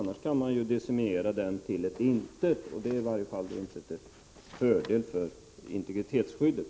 Annars kan man ju decimera den till ett intet, och det är i varje fall inte till fördel för integritetsskyddet.